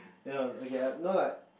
ya I okay no lah